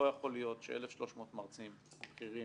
לא יכול להיות ש-1,300 מרצים בכירים,